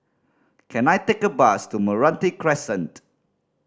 can I take a bus to Meranti Crescent